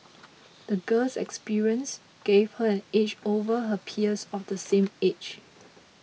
the girl's experience gave her an edge over her peers of the same age